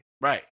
Right